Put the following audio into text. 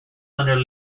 under